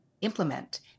implement